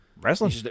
wrestling